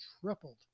tripled